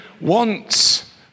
wants